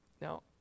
Now